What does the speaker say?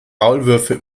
maulwürfe